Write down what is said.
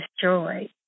destroyed